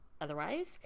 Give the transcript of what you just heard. otherwise